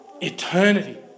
eternity